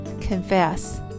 Confess